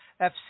FC